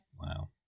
Wow